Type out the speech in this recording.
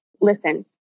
listen